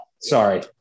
Sorry